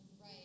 right